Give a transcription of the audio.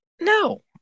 no